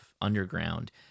underground